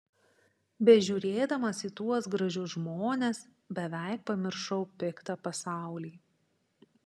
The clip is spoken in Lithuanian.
bežiūrėdamas į tuos gražius žmones beveik pamiršau piktą pasaulį